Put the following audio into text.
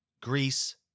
Greece